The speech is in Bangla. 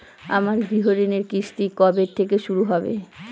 আমার গৃহঋণের কিস্তি কবে থেকে শুরু হবে?